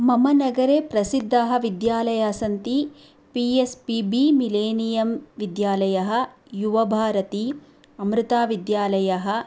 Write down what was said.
मम नगरे प्रसिद्धाः विद्यालयाः सन्ति पिएस्पिबि मिलेनियं विद्यालयः युवाभारती अमृताविद्यालयः